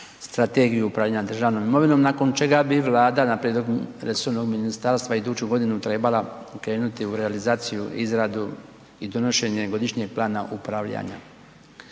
Strategiju upravljanja državnom imovinom, nakon čega bi Vlada na prijedlog resornog ministarstva iduću godinu trebala krenuti u realizaciju, izradu i donošenje godišnjeg plana upravljanja